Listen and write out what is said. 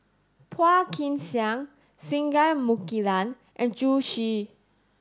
Phua Kin Siang Singai Mukilan and Zhu Xu